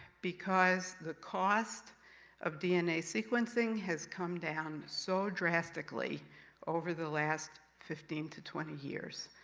because the cost of dna sequencing has come down so drastically over the last fifteen to twenty years.